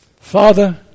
father